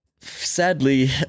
Sadly